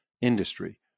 industry